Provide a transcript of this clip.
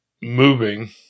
moving